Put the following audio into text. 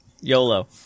YOLO